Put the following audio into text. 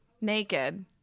Naked